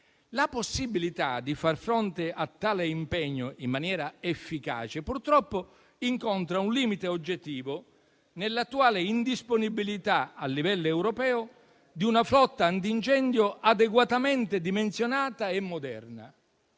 La possibilità di far fronte a tale impegno in maniera efficace, purtroppo, incontra un limite oggettivo nell'attuale indisponibilità a livello europeo di una flotta antincendio adeguatamente dimensionata e moderna,